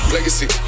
Legacy